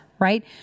Right